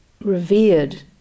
revered